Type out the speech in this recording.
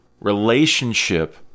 relationship